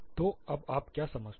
तो अब आप क्या समझते हैं